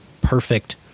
perfect